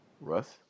Russ